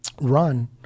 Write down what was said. run